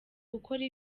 gukora